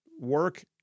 Work